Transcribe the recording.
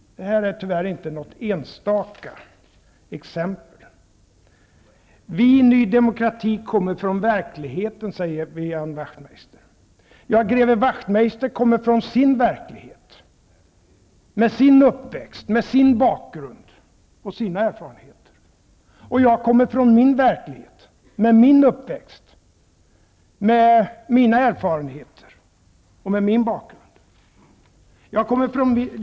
Detta är tyvärr inte något enstaka exempel. Vi i Ny demokrati kommer från verkligheten, säger Ian Wachtmeister. Ja, greve Wachtmeister kommer från sin verklighet och har sin uppväxt, sin bakgrund och sina erfarenheter. Jag kommer från min verklighet, med min uppväxt, med mina erfarenheter och min bakgrund.